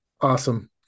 Awesome